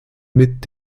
mit